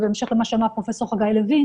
זה בהמשך למה שאמר פרופ' חגי לוין,